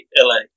LA